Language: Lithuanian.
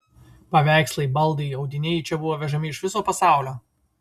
paveikslai baldai audiniai į čia buvo vežami iš viso pasaulio